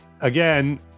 again